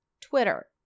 Twitter